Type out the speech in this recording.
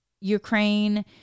Ukraine